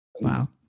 wow